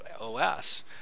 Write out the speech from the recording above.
OS